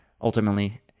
Ultimately